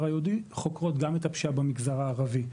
היהודי חוקרות גם את הפשיעה במגזר הערבי.